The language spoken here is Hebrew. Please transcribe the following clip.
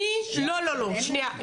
לא, לא, לא, שנייה.